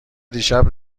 دیشب